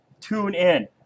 TuneIn